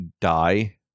die